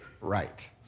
right